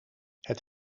het